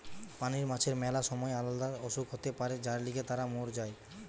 পানির মাছের ম্যালা সময় আলদা অসুখ হতে পারে যার লিগে তারা মোর যায়